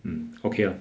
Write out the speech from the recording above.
um okay ah